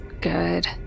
good